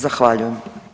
Zahvaljujem.